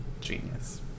Genius